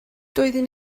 doeddwn